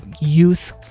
youth